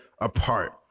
apart